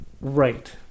Right